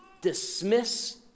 dismiss